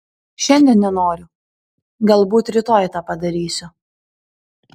šiandien nenoriu galbūt rytoj tą padarysiu